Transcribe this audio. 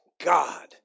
God